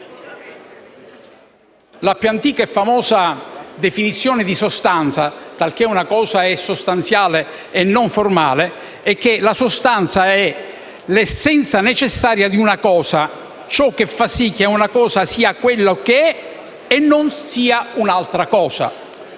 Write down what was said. la più antica e famosa definizione di sostanza, talché una cosa è sostanziale e non formale: la sostanza è l'essenza necessaria di una cosa, ciò che fa sì che una cosa sia quella che è e non sia un'altra cosa.